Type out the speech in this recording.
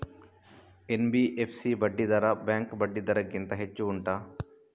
NBFC ಬಡ್ಡಿ ದರ bank ಬಡ್ಡಿ ದರ ಗಿಂತ ಹೆಚ್ಚು ಉಂಟಾ